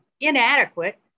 inadequate